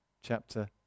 chapter